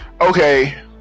okay